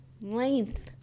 Length